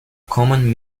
common